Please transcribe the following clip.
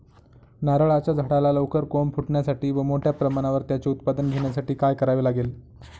नारळाच्या झाडाला लवकर कोंब फुटण्यासाठी व मोठ्या प्रमाणावर त्याचे उत्पादन घेण्यासाठी काय करावे लागेल?